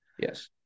Yes